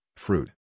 Fruit